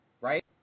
right